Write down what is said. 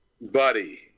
buddy